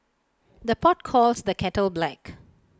the pot calls the kettle black